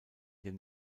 den